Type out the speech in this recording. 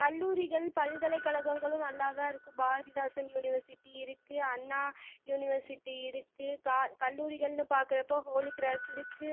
கல்லூரிகள் பல்கலைகழகங்களும் நல்லா தான் இருக்குது பாரதிதாசன் யூனிவர்சிட்டி இருக்குது அண்ணா யூனிவர்சிட்டி இருக்குது கா கல்லூரிகள்னு பார்க்குறப்போ ஹோலி க்ராஸ்ருக்குது